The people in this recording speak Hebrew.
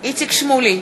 איציק שמולי,